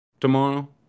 tomorrow